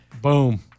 Boom